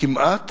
כמעט